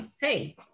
Hey